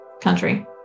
country